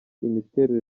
imiterere